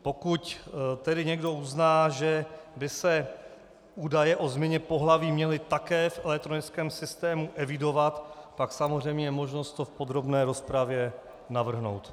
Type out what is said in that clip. Pokud tedy někdo uzná, že by se údaje o změně pohlaví měly také v elektronickém systému evidovat, tak je samozřejmě možnost to v podrobné rozpravě navrhnout.